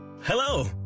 hello